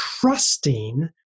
trusting